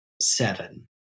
seven